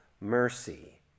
mercy